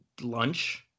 lunch